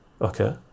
okay